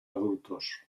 adultos